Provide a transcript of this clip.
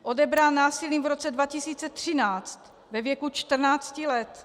Odebrán násilím v roce 2013 ve věku 14 let.